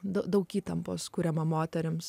daug įtampos kuriama moterims